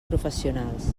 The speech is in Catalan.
professionals